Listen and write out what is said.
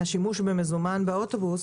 של השימוש במזומן באוטובוס,